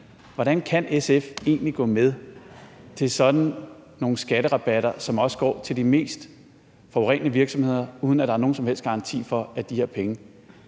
Hvordan kan SF egentlig gå med til sådan nogle skatterabatter, som også går til de mest forurenende virksomheder, uden at der er nogen som helst garanti for, at de her penge